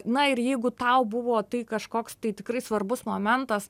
na ir jeigu tau buvo tai kažkoks tai tikrai svarbus momentas